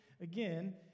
again